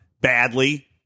badly